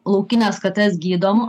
laukines kates gydom